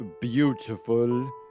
beautiful